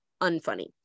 unfunny